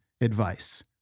advice